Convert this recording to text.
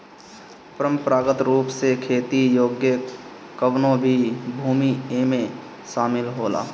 परंपरागत रूप से खेती योग्य कवनो भी भूमि एमे शामिल होला